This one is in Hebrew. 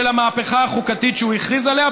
של המהפכה החוקתית שהוא הכריז עליה.